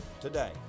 today